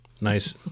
nice